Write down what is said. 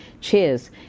Cheers